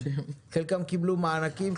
חלקם קיבלו מענקים,